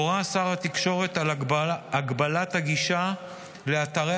הורה שר התקשורת על הגבלת הגישה לאתרי